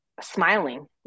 smiling